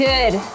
Good